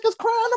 crying